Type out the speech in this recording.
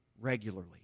regularly